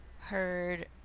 heard